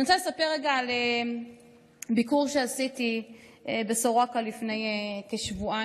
אני רוצה לספר על ביקור שעשיתי בסורוקה לפני כשבועיים.